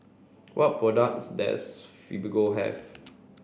what products does Fibogel have